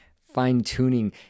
fine-tuning